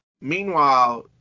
Meanwhile